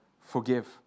forgive